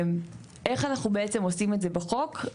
איך אנחנו בעצם עושים את זה בחוק?